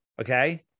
okay